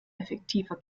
effektiver